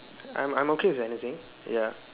I'm I'm okay with anything ya